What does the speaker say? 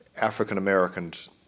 African-Americans